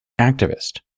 activist